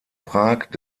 prag